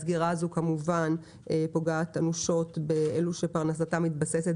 הסגירה הזו כמובן פוגעת אנושות באלו שפרנסתם מתבססת